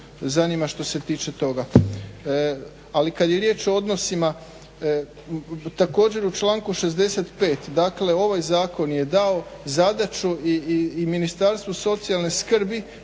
zanima što se tiče toga. Ali kad je riječ o odnosima, također u članku 65. Ovaj zakon je dao zadaću i ministarstvu socijalne skrbi,